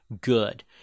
good